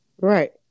Right